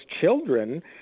children